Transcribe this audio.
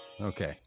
Okay